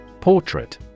Portrait